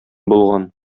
булган